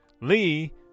Lee